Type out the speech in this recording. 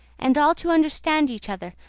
and all to understand each other,